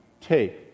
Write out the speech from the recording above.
take